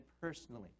personally